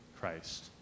Christ